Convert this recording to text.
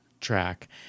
track